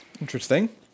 interesting